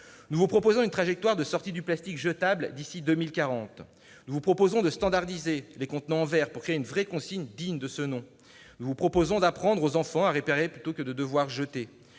Nous vous proposons une trajectoire de sortie du plastique jetable d'ici à 2040. Nous vous proposons de standardiser les contenants en verre pour créer une vraie consigne digne de ce nom. Nous vous proposons d'apprendre aux enfants à réparer plutôt que de devoir jeter.